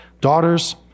daughter's